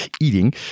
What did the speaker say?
eating